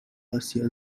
آسیا